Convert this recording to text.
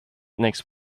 next